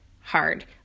hard